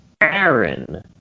Aaron